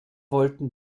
wollten